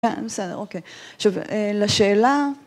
כן, בסדר, אוקיי, עכשיו לשאלה.